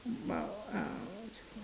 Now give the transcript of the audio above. about um twelve